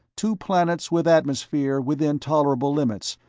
two planets with atmosphere within tolerable limits,